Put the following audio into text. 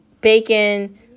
bacon